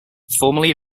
formerly